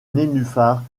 nénuphars